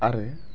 आरो